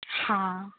हाँ